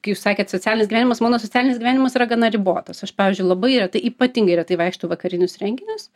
kai jūs sakėt socialinis gyvenimas mano socialinis gyvenimas yra gana ribotos aš pavyzdžiui labai retai ypatingai retai vaikštau į vakarinius renginius